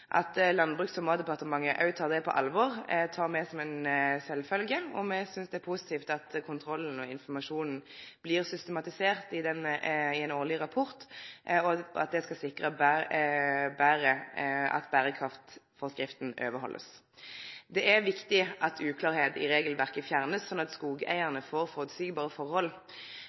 At Landbruks- og matdepartementet tek dette på alvor, er sjølvsagt for oss. Me synest det er positivt at ein skal systematisere kontrollen og informasjonen i ein årleg rapport, og at ein skal sikre at berekraftforskrifta blir overhalden. Det er viktig at det som er uklart i regelverket, blir fjerna, slik at skogeigarane får føreseielege forhold.